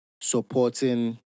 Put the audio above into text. supporting